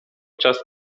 czas